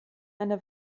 eine